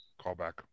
Callback